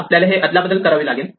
आपल्याला हे अदलाबदल करावी लागेल